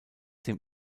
dem